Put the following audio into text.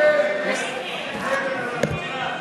(קוראת בשמות חברי הכנסת)